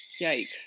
Yikes